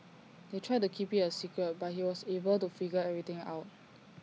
they tried to keep IT A secret but he was able to figure everything out